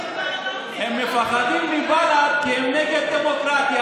הם מפחדים מבל"ד כי הם נגד דמוקרטיה,